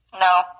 No